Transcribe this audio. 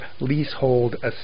leasehold